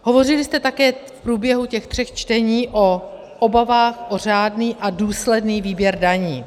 Hovořili jste také v průběhu těch tří čtení o obavách o řádný a důsledný výběr daní.